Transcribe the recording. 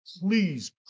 Please